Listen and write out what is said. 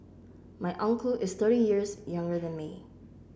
my uncle is thirty years younger than me